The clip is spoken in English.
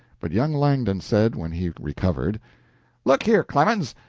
but young langdon said, when he recovered look here, clemens,